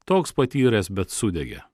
toks patyręs bet sudegė